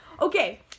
Okay